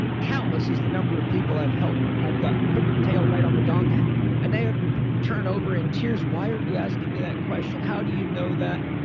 countless is the number of people i've helped. i've got pin the tail right on the donkey and they ah turn over in tears, why are you asking me that question? how do you know that?